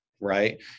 right